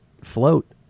float